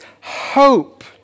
hope